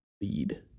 lead